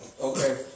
Okay